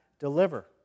deliver